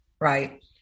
right